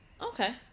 Okay